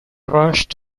rushed